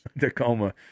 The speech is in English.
Tacoma